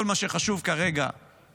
כל מה שחשוב כרגע הוא